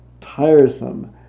tiresome